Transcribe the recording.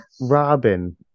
Robin